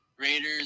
Raiders